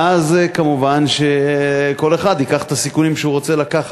ואז מובן שכל אחד ייקח את הסיכונים שהוא רוצה לקחת.